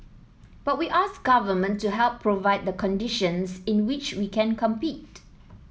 but we ask government to help provide the conditions in which we can compete